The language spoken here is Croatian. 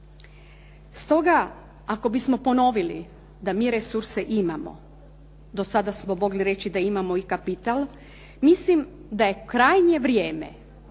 Stoga, ako bismo ponovili da mi resurse imamo, do sada smo mogli reći da imamo i kapital, mislim da je krajnje vrijeme.